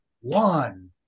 one